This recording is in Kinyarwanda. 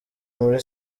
muri